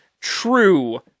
true